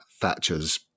Thatcher's